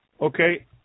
Okay